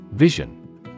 Vision